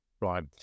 right